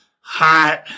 Hot